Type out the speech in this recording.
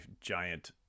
giant